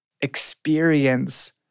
experience